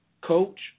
coach